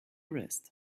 wrist